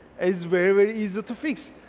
it's very easy to fix.